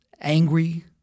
Angry